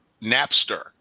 Napster